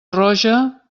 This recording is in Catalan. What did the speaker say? roja